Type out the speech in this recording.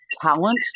talent